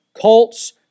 cults